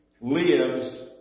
Lives